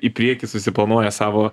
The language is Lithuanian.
į priekį susiplanuoja savo